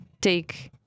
take